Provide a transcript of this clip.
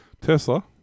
Tesla